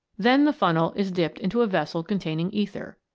then the funnel is dipped into a vessel containing ether.